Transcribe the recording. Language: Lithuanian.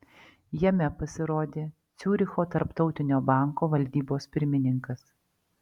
jame pasirodė ciuricho tarptautinio banko valdybos pirmininkas